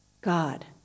God